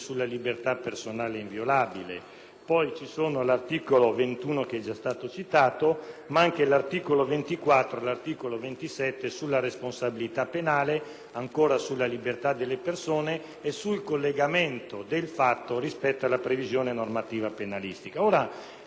inviolabile; l'articolo 21, che è già stato citato, ma anche gli articoli 24 e 27 sulla responsabilità penale, ancora sulla libertà delle persone e sul collegamento del fatto rispetto alla previsione normativa penalistica.